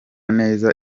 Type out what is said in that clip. neza